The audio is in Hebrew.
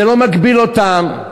זה לא מגביל אותם.